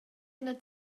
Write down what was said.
ina